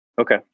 Okay